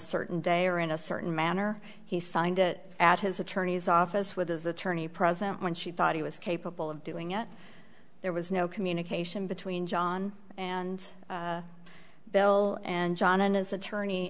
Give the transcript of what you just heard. certain day or in a certain manner he signed it at his attorney's office with his attorney present when she thought he was capable of doing it there was no communication between john and bill and john and his attorney